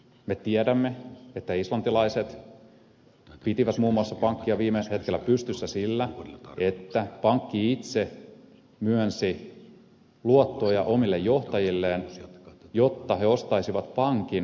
me tiedämme että islantilaiset pitivät muun muassa pankkeja viime hetkellä pystyssä sillä että pankki itse myönsi luottoja omille johtajilleen jotta nämä ostaisivat pankin osakkeita